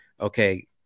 okay